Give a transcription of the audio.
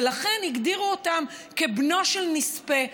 ולכן הגדירו אותם כבנו של נספה,